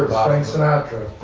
sinatra.